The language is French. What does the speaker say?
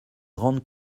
grande